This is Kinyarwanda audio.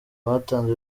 batanze